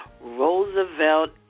Roosevelt